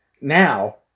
Now